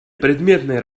предметной